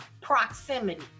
proximity